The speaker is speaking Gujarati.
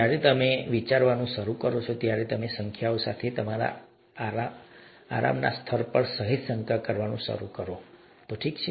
જ્યારે તમે આ વિશે વિચારવાનું શરૂ કરો છો ત્યારે તમે સંખ્યાઓ સાથે તમારા આરામના સ્તર પર સહેજ શંકા કરવાનું શરૂ કરો છો ઠીક છે